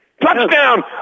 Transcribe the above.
Touchdown